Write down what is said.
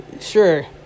sure